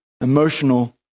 emotional